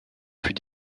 fut